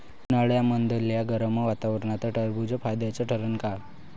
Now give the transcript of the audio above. उन्हाळ्यामदल्या गरम वातावरनात टरबुज फायद्याचं ठरन का?